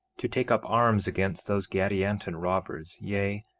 to take up arms against those gadianton robbers, yea,